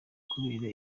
kubera